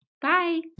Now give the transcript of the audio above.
Bye